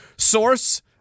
Source